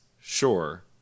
sure